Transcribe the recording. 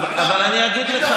אבל אני אגיד לך,